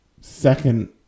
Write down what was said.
second